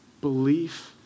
belief